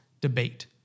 debate